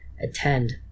attend